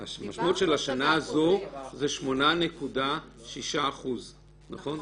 המשמעות של השנה הזאת היא 8.6%. נכון.